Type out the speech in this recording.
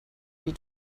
wie